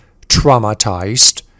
traumatized